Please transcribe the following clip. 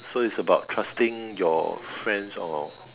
so is about trusting your friends or